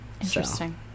Interesting